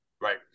Right